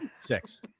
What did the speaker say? six